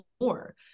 more